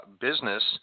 business